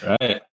right